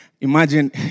imagine